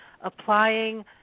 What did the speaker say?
applying